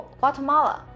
Guatemala